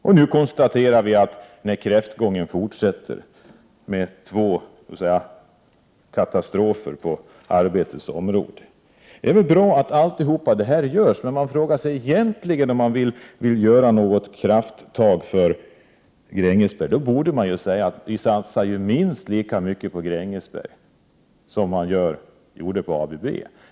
Och nu konstaterar vi att kräftgången fortsätter med två katastrofer på arbetets område. Det är väl bra att allt detta görs. Men om man egentligen vill ta något krafttag för Grängesberg, borde man ju säga att man satsar minst lika mycket på Grängesberg som man satsade på ABB.